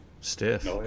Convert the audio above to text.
Stiff